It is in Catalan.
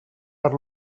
per